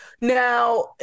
Now